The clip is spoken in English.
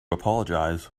apologize